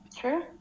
Sure